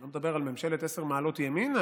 אני לא מדבר על ממשלת עשר מעלות ימינה,